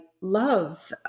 love